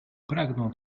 pragnął